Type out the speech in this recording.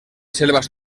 selvas